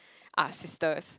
are sisters